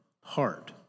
heart